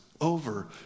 over